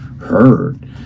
heard